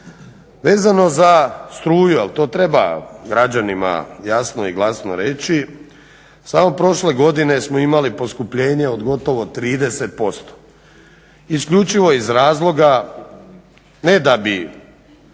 Vezano za struju, ali to treba građanima jasno i glasno reći, samo prošle godine smo imali poskupljenje od gotovo 30%, isključivo iz razloga ne da bi